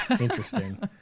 Interesting